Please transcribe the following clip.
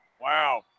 Wow